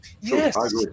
Yes